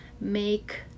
make